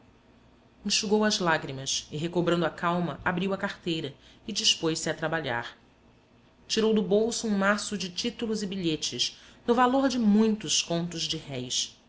enxugou as lágrimas e recobrando a calma abriu a carteira e dispôs-se a trabalhar tirou do bolso um maço de títulos e bilhetes no valor de muitos contos de réis